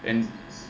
and